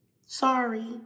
Sorry